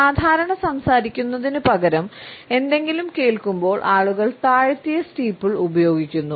സാധാരണ സംസാരിക്കുന്നതിനുപകരം എന്തെങ്കിലും കേൾക്കുമ്പോൾ ആളുകൾ താഴ്ത്തിയ സ്റ്റീപ്പിൾ ഉപയോഗിക്കുന്നു